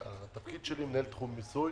התפקיד שלי הוא מנהל תחום מיסוי